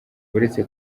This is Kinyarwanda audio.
uretse